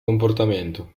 comportamento